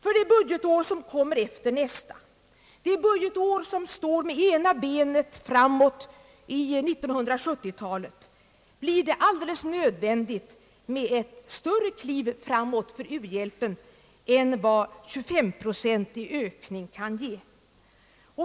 För det budgetår som kommer efter nästa, det budgetår som står med ena benet i 1970-talet, blir det alldeles nödvändigt med ett betydligt större kliv framåt för u-hjälpen än vad en 25 procentig ökning kan ge.